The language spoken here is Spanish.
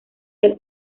del